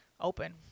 open